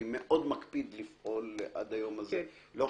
אני מאוד מקפיד לפעול כך עד היום הזה.